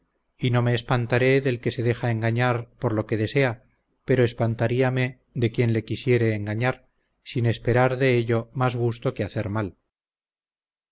y no me espantaré del que se deja engañar por lo que desea pero espantaríame de quien le quisiere engañar sin esperar de ello más gusto que hacer mal